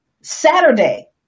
Saturday